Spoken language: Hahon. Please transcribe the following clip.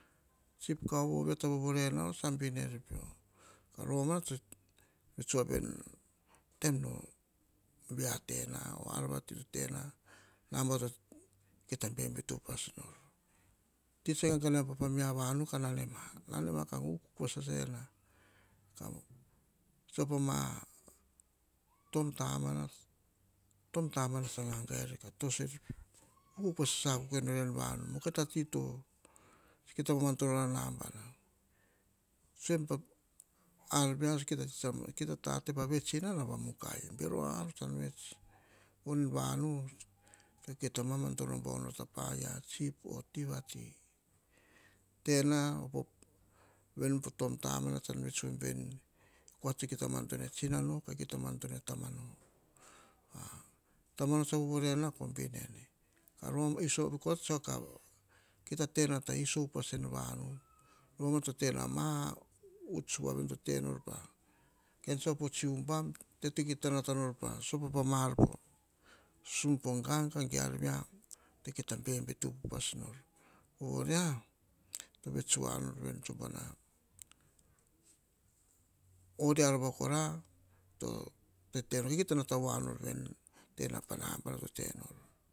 Tsip kaovo vea to vore na tsa bin er, ka romana tsor vets wa veni taem na ar vati to tena na bana to mukai tate mata upas nor. Ti tseboana vo yia tsa nao pa mia vanu ka na nema, pa tsan kes nao pa mia vanu ka nane ma toa keso otom tamana kanane ma nane ma nane ma ka ukuk va saasaena kes pa nom o tom tamana tom tamana sasa tsa gagaer ka tosoer peo mukai tati to mama nono na nabana. Mukai ta tate upas vets inana mukai, em vanu mukai ta tito mamadono bauna mana tate pavets inana va mukai. Mukai ta madono nor ta paia chief tena veni veni vanu tena veni po tomtamana tsan vets tamano tsa vovorenake koa tsa mukai ta madono. Romana tsan vets wa veni taen no bia tena ge ar vati totena kean tsa op o tsi ubam to mukai ta rova kara to tete nor mukai ta nata wanor veni anabana to tete nor. Ene to tsun vovoso nu po pameli ka tsun sisio nu ene va ti vovosopo pameli taem ne tsetseako nu amatsi kiu. Romana kora en vanu to tena matsi kiu romana kora en vanu to tena ma tsi uts veri.